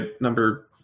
number